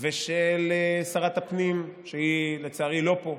ושל שרת הפנים, שהיא לצערי לא פה,